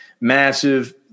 massive